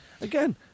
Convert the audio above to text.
Again